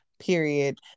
period